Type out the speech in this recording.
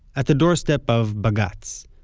at the doorstep of baga tz,